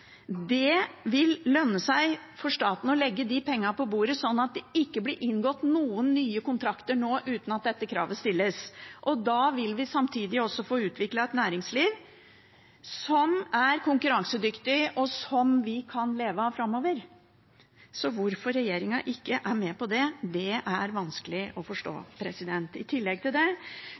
overgangsfase vil være store. Det vil lønne seg for staten å legge de pengene på bordet, sånn at det ikke blir inngått noen nye kontrakter uten at dette kravet stilles. Da vil vi samtidig få utviklet et næringsliv som er konkurransedyktig, og som vi kan leve av framover. Hvorfor regjeringen ikke er med på det, er vanskelig å forstå. I tillegg til det